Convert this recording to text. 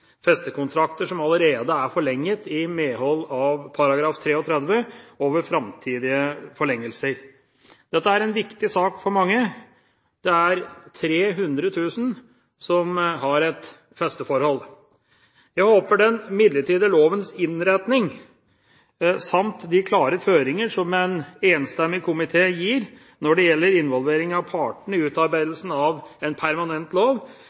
festekontrakter som allerede er forlenget i medhold av § 33 og ved framtidige forlengelser. Dette er en viktig sak for mange. Det er 300 000 som har et festeforhold. Jeg håper den midlertidige lovens innretning samt de klare føringer som en enstemmig komité gir når det gjelder involveringer av partene i utarbeidelsen en permanent lov,